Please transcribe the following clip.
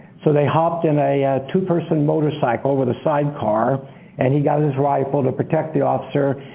so they hopped in a two-person motorcycle with a side car and he got his rifle to protect the officer.